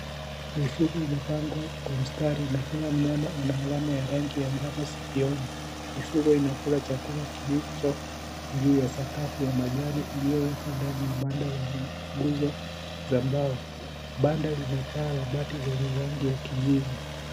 Mifugo imepangwa kwa mstari na kila mnyama ana alama ya manjano sikioni. Mifugo inakula chakula kilicho juu ya sakafu ya majani ilio wekwa ndani ya banda yenye nguzo za mbao. Banda zina paa ya bati zenye rangi ya kijivu.